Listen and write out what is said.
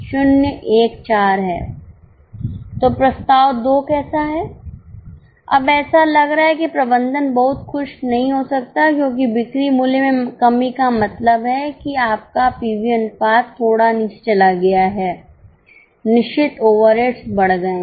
तो प्रस्ताव 2 कैसा है अब ऐसा लग रहा है कि प्रबंधन बहुत खुश नहीं हो सकता है क्योंकि बिक्री मूल्य में कमी का मतलब है कि आपका पीवी अनुपात थोड़ा नीचे चला गया है निश्चित ओवरहेड्स बढ़ गए हैं